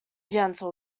gentle